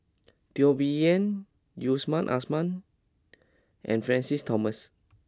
Teo Bee Yen Yusman Aman and Francis Thomas